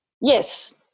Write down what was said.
Yes